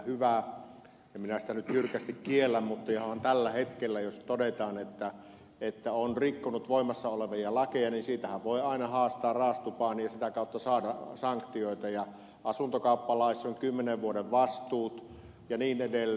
en minä sitä nyt jyrkästi kiellä mutta jo tällä hetkellähän jos todetaan että on rikkonut voimassa olevia lakeja siitä voi aina haastaa raastupaan ja sitä kautta saada sanktioita asuntokauppalaissa on kymmenen vuoden vastuut ja niin edelleen